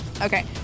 Okay